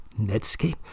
Netscape